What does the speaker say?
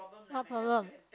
what problem